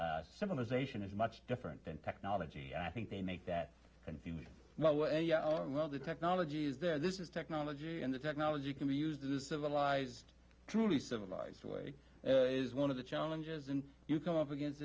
civilization is much different than technology and i think they make that confusion well the technology is there this is technology and the technology can be used in a civilized truly civilized way is one of the challenges when you come up against